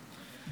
%?